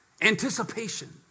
Anticipation